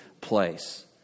place